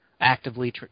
actively